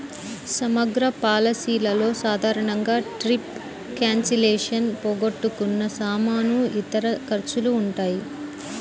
సమగ్ర పాలసీలలో సాధారణంగా ట్రిప్ క్యాన్సిలేషన్, పోగొట్టుకున్న సామాను, ఇతర ఖర్చులు ఉంటాయి